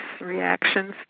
reactions